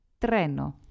treno